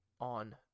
on